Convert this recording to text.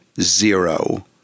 zero